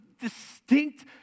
distinct